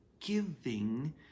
giving